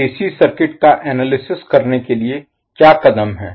अब AC circuit का analysis विश्लेषण Analysis करने के लिए क्या कदम हैं